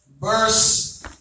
Verse